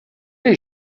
les